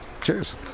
Cheers